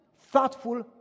thoughtful